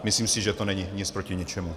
Myslím si, že to není nic proti ničemu.